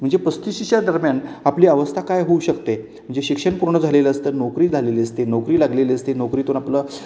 म्हणजे पस्तीसच्या दरम्यान आपली अवस्था काय होऊ शकते म्हणजे शिक्षण पूर्ण झालेलं असतं नोकरी झालेली असते नोकरी लागलेली असते नोकरीतून आपलं